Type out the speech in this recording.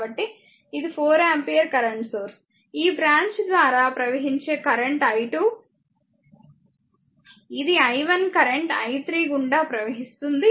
కాబట్టి ఇది 4 ampere current source ఈ బ్రాంచ్ ద్వారా ప్రవహించే కరెంట్ i2 ఇది i 1 కరెంట్ i 3 గుండా ప్రవహిస్తుంది